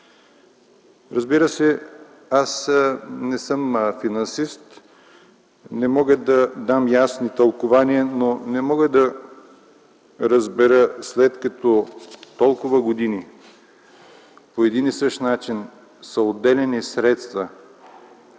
Разбира се, аз не съм финансист, не мога да дам ясни тълкувания, но не мога да разбера – след като толкова години по един и същи начин са отделяни средства,